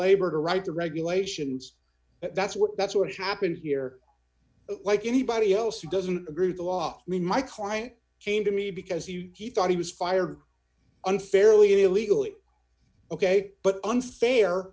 labor to write the regulations that's what that's what happened here like anybody else who doesn't agree with the law i mean my client came to me because he thought he was fired unfairly illegally ok but unfair